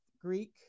Greek